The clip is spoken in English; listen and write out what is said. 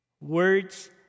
Words